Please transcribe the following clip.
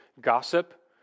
gossip